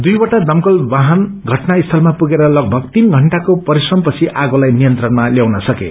दुईवटा स्मकल वाहन घटना स्थलामा पुगेर लगभग तीन घएण्टाको परिश्रमपछि आगोलाई नियन्त्रणमा ल्याउन सके